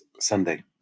Sunday